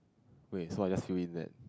wait so I just fill in that